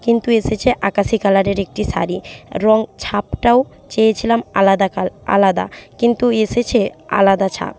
কিন্তু এসেছে আকাশী কালারের একটি শাড়ি রং ছাপটাও চেয়েছিলাম আলাদা কাল আলাদা কিন্তু এসেছে আলাদা ছাপ